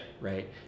Right